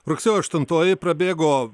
rugsėjo aštuntoji prabėgo